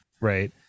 right